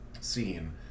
scene